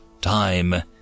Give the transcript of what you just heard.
time